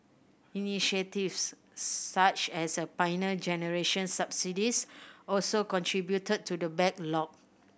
initiatives such as the Pioneer Generation subsidies also contributed to the backlog